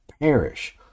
perish